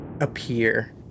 appear